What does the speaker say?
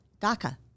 DACA